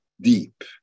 deep